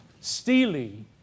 steely